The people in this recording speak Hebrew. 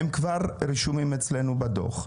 הן כבר רשומות אצלנו בדוח.